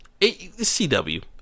CW